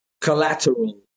collateral